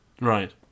Right